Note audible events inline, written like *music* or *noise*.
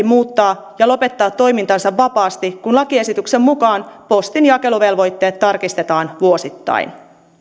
*unintelligible* muuttaa ja lopettaa toimintansa vapaasti kun lakiesityksen mukaan postin jakeluvelvoitteet tarkistetaan vuosittain